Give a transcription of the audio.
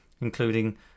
including